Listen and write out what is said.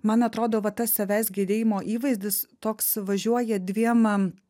man atrodo va tas savęs gedėjimo įvaizdis toks važiuoja dviem